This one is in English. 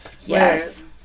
Yes